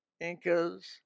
Incas